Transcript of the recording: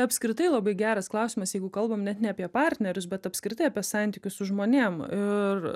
apskritai labai geras klausimas jeigu kalbame net ne apie partnerius bet apskritai apie santykius su žmonėm ir